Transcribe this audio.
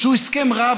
שהוא הסכם רע,